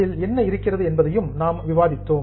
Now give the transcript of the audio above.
அதில் என்ன இருக்கிறது என்பதையும் நாம் விவாதித்தோம்